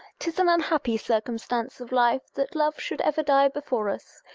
tis an unhappy circumstance of life that love should ever die before us,